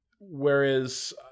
Whereas